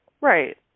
Right